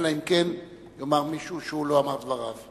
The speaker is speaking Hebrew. אלא אם כן יאמר מישהו שהוא לא אמר את דבריו,